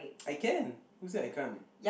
I can who said I can't